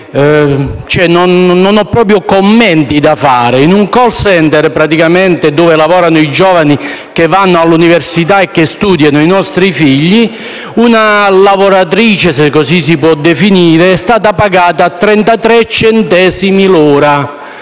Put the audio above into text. non ho davvero commenti da fare. In un *call center* - in cui lavorano i giovani che vanno all'università, i nostri figli - una lavoratrice - se così si può definire - è stata pagata 33 centesimi l'ora.